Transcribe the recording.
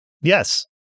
Yes